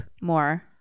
more